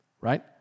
Right